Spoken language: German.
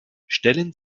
stellen